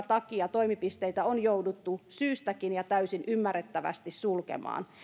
takia toimipisteitä on jouduttu syystäkin ja täysin ymmärrettävästi sulkemaan